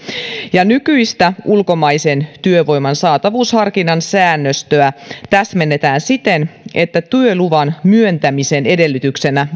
ja nykyistä ulkomaisen työvoiman saatavuusharkinnan säännöstöä täsmennetään siten että työluvan myöntämisen edellytyksenä